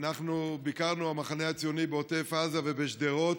אנחנו ביקרנו, המחנה הציוני, בעוטף עזה ובשדרות,